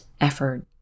effort